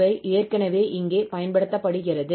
இவை ஏற்கனவே இங்கே பயன்படுத்தப்படுகிறது